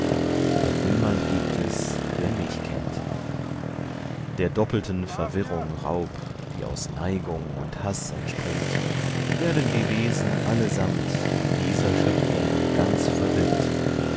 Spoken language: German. doch niemand gibt es der mich kennt der doppelten verwirrung raub die aus neigung und haß entspringt werden die wesen allesamt in dieser schöpfung ganz verwirrt